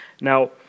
Now